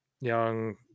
young